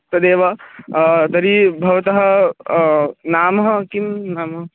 तदेव तर्हि भवतः नामः किं नाम